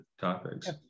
topics